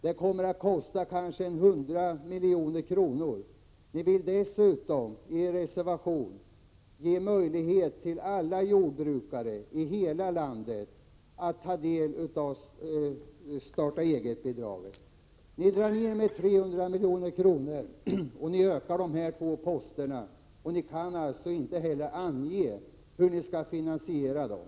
Det kommer att kosta kanske 100 milj.kr. Ni vill dessutom i er reservation ge möjligheter till alla jordbrukare, i hela landet, att ta del av detta starta-eget-bidrag. Ni drar ned med 300 milj.kr. medan ni ökar de här två posterna, och ni kan inte heller ange hur ni skall finansiera dem.